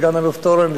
סגן-אלוף תורן,